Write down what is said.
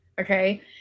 Okay